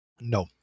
No